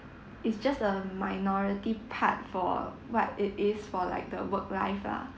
is just a minority part for what it is for like the work life lah